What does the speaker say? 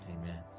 Amen